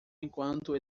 enquanto